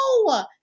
no